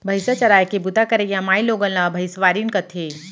भईंसा चराय के बूता करइया माइलोगन ला भइंसवारिन कथें